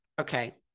Okay